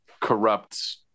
corrupt